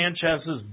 Sanchez's